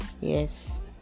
yes